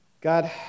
God